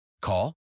Call